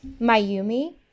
Mayumi